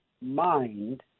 mind